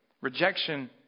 Rejection